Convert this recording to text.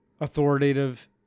authoritative